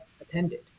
attended